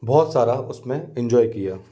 बहुत सारा उस में इन्जॉय किया